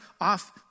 off